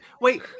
wait